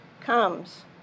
comes